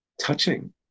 touching